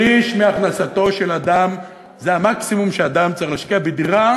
שליש מהכנסתו של אדם זה המקסימום שאדם צריך להשקיע בדירה